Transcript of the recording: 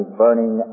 burning